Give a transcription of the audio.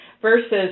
versus